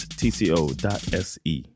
tco.se